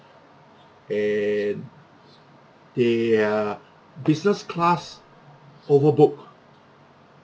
and they uh business class overbook